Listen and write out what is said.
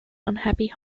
unhappy